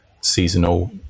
seasonal